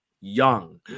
Young